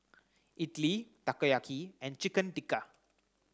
Idili Takoyaki and Chicken Tikka